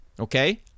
Okay